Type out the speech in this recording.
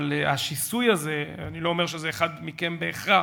אבל השיסוי הזה אני לא אומר שזה אחד מכם בהכרח,